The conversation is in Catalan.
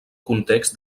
context